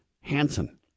Hansen